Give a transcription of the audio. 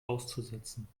auszusetzen